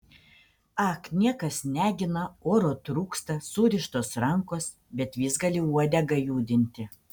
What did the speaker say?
ak niekas negina oro trūksta surištos rankos bet vis gali uodegą judinti